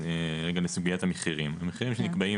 רגע לסוגיית המחירים: המחירים שנקבעים